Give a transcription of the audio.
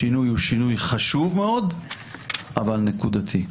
השינוי הוא שינוי חשוב מאוד אבל נקודתי.